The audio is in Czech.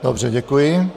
Dobře, děkuji.